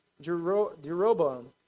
Jeroboam